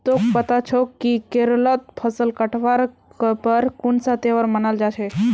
तोक पता छोक कि केरलत फसल काटवार पर कुन्सा त्योहार मनाल जा छे